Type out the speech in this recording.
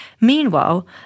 Meanwhile